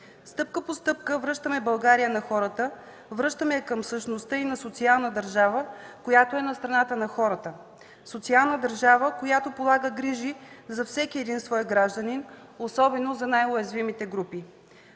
Стъпка по стъпка връщаме България на хората, връщаме я към същността й на социална държава, която е на страната на хората – социална държава, която полага грижи за всеки един свой гражданин, особено за най-уязвимите групи.